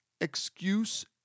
excuse